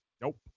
Nope